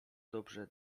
dobrze